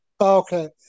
Okay